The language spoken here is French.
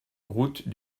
route